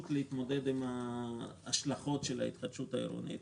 המקומית להתמודד עם ההשלכות של ההתחדשות העירונית.